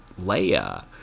Leia